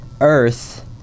earth